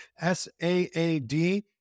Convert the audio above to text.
S-A-A-D